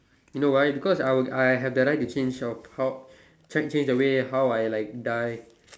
you know why because I will I have the right to change of how change the way how I like die